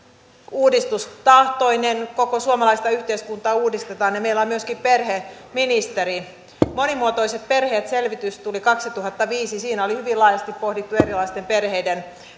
uudistustahtoinen koko suomalaista yhteiskuntaa uudistetaan ja meillä on myöskin perheministeri monimuotoiset perheet selvitys tuli kaksituhattaviisi siinä oli hyvin laajasti pohdittu erilaisten perheiden